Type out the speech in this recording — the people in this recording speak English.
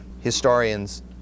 historians